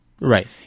Right